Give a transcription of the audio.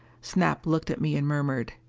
snap looked at me and murmured,